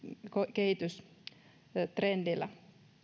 kehitystrendillä